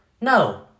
No